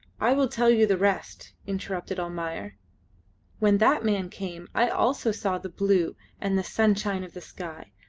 i will tell you the rest, interrupted almayer when that man came i also saw the blue and the sunshine of the sky.